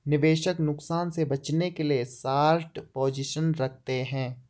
निवेशक नुकसान से बचने के लिए शार्ट पोजीशन रखते है